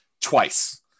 twice